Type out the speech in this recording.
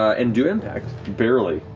and do impact, barely.